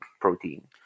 protein